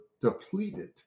depleted